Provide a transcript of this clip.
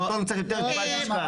לטון קצת יותר כבד משקל.